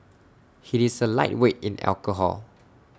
he is A lightweight in alcohol